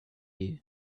you